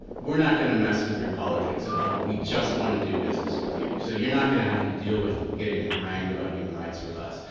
we're not gonna mess with your politics at all. we just wanna do business with you, so you're not gonna have to deal with getting harangued about human rights with us.